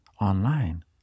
online